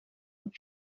het